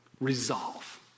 Resolve